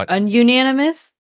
Unanimous